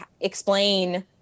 explain